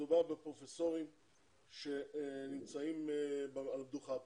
שמדובר בפרופסורים שנמצאים על המדוכה פה,